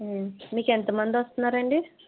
మీకు ఎంతమంది వస్తున్నారండీ